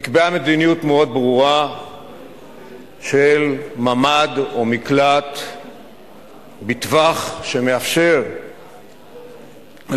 נקבעה מדיניות מאוד ברורה של ממ"ד או מקלט בטווח שמאפשר לאזרח,